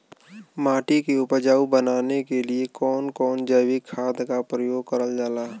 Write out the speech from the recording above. माटी के उपजाऊ बनाने के लिए कौन कौन जैविक खाद का प्रयोग करल जाला?